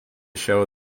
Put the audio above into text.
show